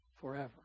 forever